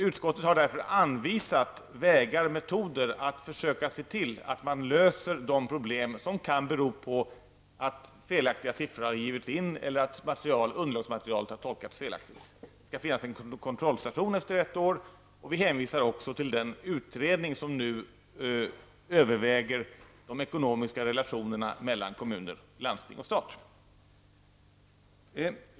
Utskottet har därför anvisat vägar och metoder att försöka se till att man löser de problem som kan bero på att felaktiga siffror har givits in eller att underlagsmaterialet har tolkats felaktigt. Det skall finnas en kontrollstation efter ett år, och vi hänvisar också till den utredning som nu överväger de ekonomiska relationerna mellan kommuner, landsting och stat.